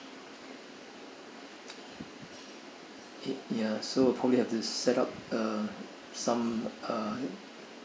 ya so you'll probably have to set up uh some uh